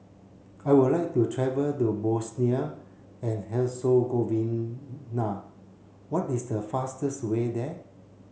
I would like to travel to Bosnia and Herzegovina what is the fastest way there